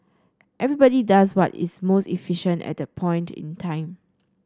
everybody does what is most efficient at that point in time